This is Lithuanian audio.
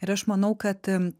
ir aš manau kad